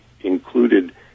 included